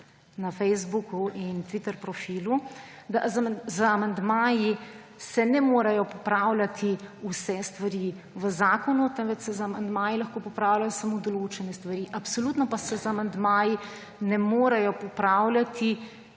na Facebook in Twitter profilu, da z amandmaji se ne morejo popravljati vse stvari v zakonu, temveč se z amandmaji lahko popravljajo samo določene stvari. Absolutno pa se z amandmaji ne more popravljati